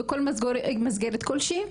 בכל מסגרת כלשהי,